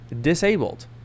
disabled